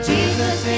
Jesus